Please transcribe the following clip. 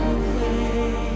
away